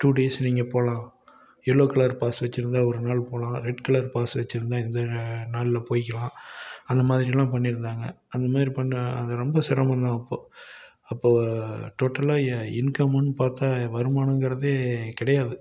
two days நீங்க போகலாம் yellow colour pass வச்சுருந்தா ஒரு நாள் போகலாம் ரெட் கலர் பாஸ் வச்சுருந்தா இந்த நாளில் போயிக்கலாம் அந்த மாதிரிலாம் பண்ணியிருந்தாங்க அந்த மாதிரி பண்ணி ரொம்ப சிரமம் தான் அப்போது அப்போது டோட்டல்லாக இன்கமுன்னு பார்த்தால் வருமானங்குறது கிடையாது